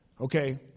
Okay